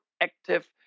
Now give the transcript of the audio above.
active